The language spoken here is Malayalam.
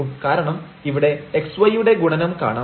കാരണം ഇവിടെ xy യുടെ ഗുണനം കാണാം